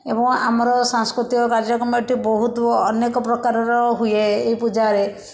ଏବଂ ଆମର ସାଂସ୍କୃତିକ କାର୍ଯ୍ୟକମ ଏଠି ବହୁତ ଅନେକ ପ୍ରକାରର ହୁଏ ଏହି ପୂଜାରେ